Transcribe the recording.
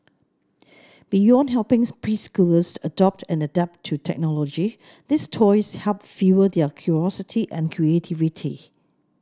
beyond helping preschoolers adopt and adapt to technology these toys help fuel their curiosity and creativity